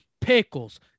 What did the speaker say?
Pickles